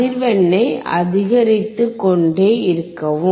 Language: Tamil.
அதிர்வெண்ணை அதிகரித்து கொண்டே இருக்கவும்